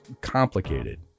complicated